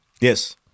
Yes